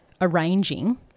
arranging